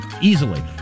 Easily